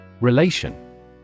Relation